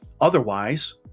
Otherwise